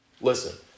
Listen